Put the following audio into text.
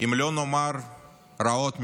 אם לא נאמר רעות מאוד.